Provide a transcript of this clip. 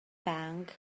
bang